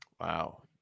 Wow